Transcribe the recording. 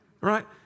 right